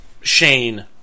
Shane